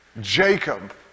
Jacob